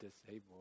disabled